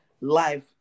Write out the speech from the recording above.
life